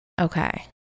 Okay